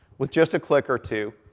with just a click or two,